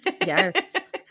Yes